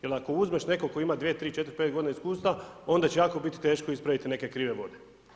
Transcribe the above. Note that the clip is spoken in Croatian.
Jer ako uzmeš nekog tko ima 2, 3, 4, 5 godina iskustva, onda će jako biti teško ispraviti neke krive vode.